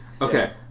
Okay